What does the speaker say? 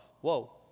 Whoa